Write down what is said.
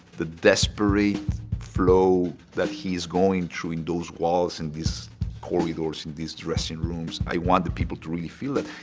the desperate flow that he's going through in those walls and these corridors and these dressing rooms. i want the people to really feel that,